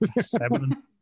seven